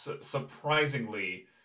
surprisingly